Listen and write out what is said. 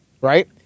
right